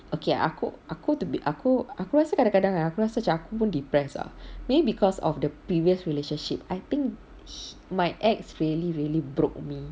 okay aku aku aku aku rasa kadang-kadang aku rasa macam aku pun depressed ah maybe because of the previous relationship I think my ex really really broke me